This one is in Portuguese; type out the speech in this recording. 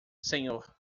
senhor